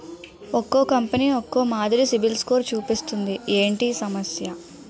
ఒక్కో కంపెనీ ఒక్కో మాదిరి సిబిల్ స్కోర్ చూపిస్తుంది ఏంటి ఈ సమస్య?